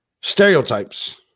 stereotypes